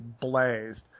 blazed